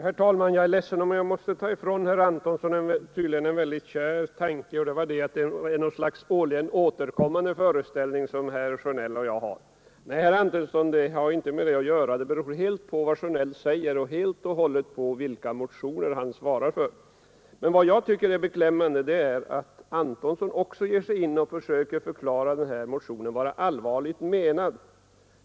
Herr talman! Jag är ledsen om jag måste ta ifrån herr Antonsson en tydligen mycket kär tanke, nämligen att det skulle vara en årligen återkommande föreställning som herr Sjönell och jag har. Nej, herr Antonsson, det har inte alls med någon sådan föreställning att göra, utan det beror helt och hållet på vad herr Sjönell säger och vilka motioner han svarar för. Men vad jag tycker är beklämmande är att herr Antonsson också försöker förklara att motionen är allvarligt menad.